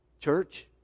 Church